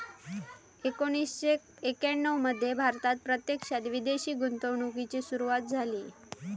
एकोणीसशे एक्याण्णव मध्ये भारतात प्रत्यक्षात विदेशी गुंतवणूकीची सुरूवात झाली